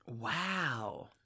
Wow